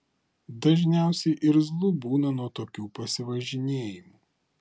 dažniausiai irzlu būna nuo tokių pasivažinėjimų